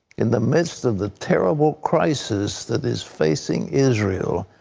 in the midst of the terrible crisis that is facing israel,